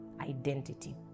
identity